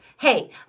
Hey